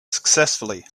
successfully